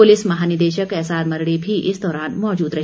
police महानिदेशक SR Mardi भी इस दौरान मौजूद रहे